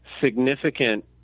significant